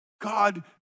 God